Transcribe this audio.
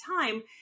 time